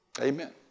Amen